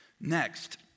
Next